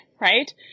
Right